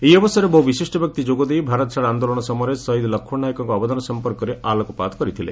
ଏହି ଅବସରରେ ବହୁ ବିଶିଷ୍ ବ୍ୟକ୍ତି ଯୋଗଦେଇ ଭାରତ ଛାଡ଼ ଆଦ୍ଦୋଳନ ସମୟରେ ଶହୀଦ୍ ଲକ୍ଷଣ ନାଏକଙ୍କ ଅବଦାନ ସମ୍ମକରେ ଆଲୋକପାତ କରିଥିଲେ